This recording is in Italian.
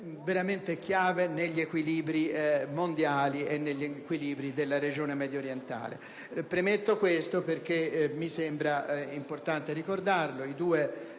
veramente chiave negli equilibri mondiali e negli equilibri della regione mediorientale. Premetto questo perché mi sembra importante ricordarlo.